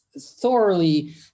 thoroughly